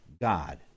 God